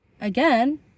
again